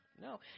no